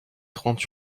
trente